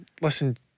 listen